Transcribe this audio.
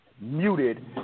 muted